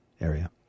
area